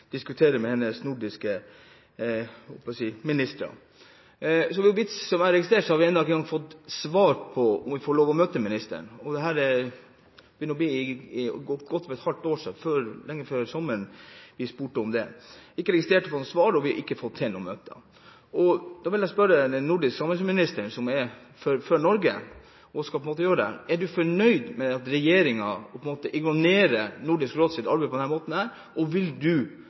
diskuterer med hennes nordiske ministerkolleger. Så vidt jeg har registrert, har vi ennå ikke engang fått svar på om vi får lov til å møte ministeren, og det begynner å bli godt over et halvt år siden – det var lenge før sommeren – vi spurte om det. Vi har ikke registrert å ha fått noe svar, og vi har ikke fått til noe møte. Da vil jeg spørre den nordiske samarbeidsministeren, som er fra Norge, og som skal gjøre dette: Er hun fornøyd med at regjeringen ignorerer Nordisk råds arbeid på denne måten, og vil hun som samarbeidsminister ta det opp med regjeringen og